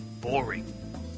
boring